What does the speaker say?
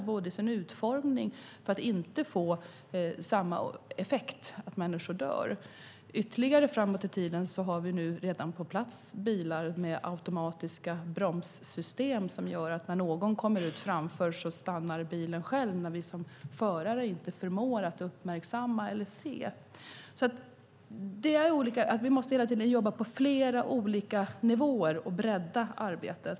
De har fått en sådan utformning att man inte ska få samma effekt så att människor dör. Ytterligare framåt i tiden har vi redan på plats bilar med automatiska bromssystem som gör att när någon kommer ut framför så stannar bilen själv när vi som förare inte förmår att uppmärksamma eller se. Vi måste hela tiden jobba på flera olika nivåer och bredda arbetet.